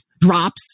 drops